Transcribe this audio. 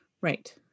Right